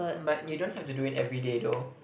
um but you don't have to do it everyday though